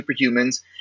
superhumans